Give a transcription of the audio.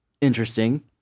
interesting